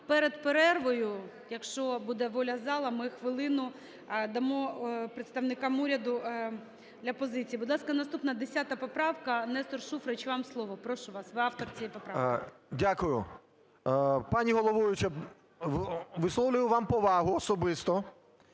Перед перервою, якщо буде воля зали, ми хвилину дамо представникам уряду для позиції. Будь ласка, наступна 10 поправка. Нестор Шуфрич, вам слово, прошу вас, ви автор цієї поправки. 13:02:36 ШУФРИЧ Н.І. Дякую. Пані головуюча, висловлюю вам повагу особисто,